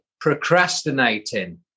procrastinating